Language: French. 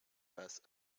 passent